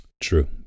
True